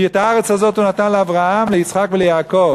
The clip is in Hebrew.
כי את הארץ הזאת הוא נתן לאברהם, ליצחק וליעקב.